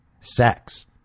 sex